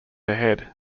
ahead